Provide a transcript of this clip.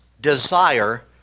desire